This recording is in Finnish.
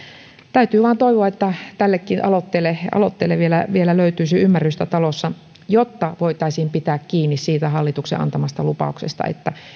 täytyy vain toivoa että tällekin aloitteelle aloitteelle vielä vielä löytyisi ymmärrystä talossa jotta voitaisiin pitää kiinni siitä hallituksen antamasta lupauksesta että